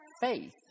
faith